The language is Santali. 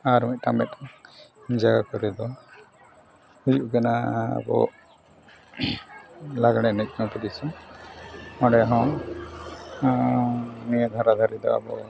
ᱟᱨ ᱢᱤᱫᱴᱟᱱ ᱡᱟᱭᱜᱟ ᱠᱚᱨᱮ ᱫᱚ ᱦᱩᱭᱩᱜ ᱠᱟᱱᱟ ᱟᱵᱚ ᱞᱟᱜᱽᱬᱮ ᱮᱱᱮᱡ ᱠᱟᱱᱟ ᱠᱚ ᱵᱮᱥᱤ ᱚᱸᱰᱮᱦᱚᱸ ᱱᱤᱭᱟᱹ ᱫᱷᱟᱨᱟ ᱫᱷᱟᱹᱨᱤ ᱫᱚ ᱟᱵᱚ